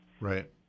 Right